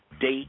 date